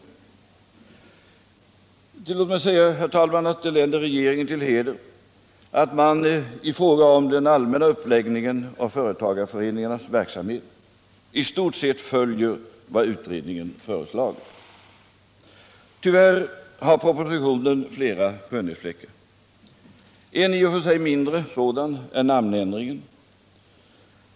— De mindre och Låt mig säga, herr talman, att det länder regeringen till heder att den — medelstora i fråga om den allmänna uppläggningen av företagarföreningarnas verk = företagens utvecksamhet i stort sett följer vad utredningen föreslagit. Tyvärr har propo = ling, m.m. sitionen flera skönhetsfläckar. En i och för sig mindre sådan är namnändringen.